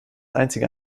einzige